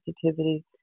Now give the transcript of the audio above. sensitivity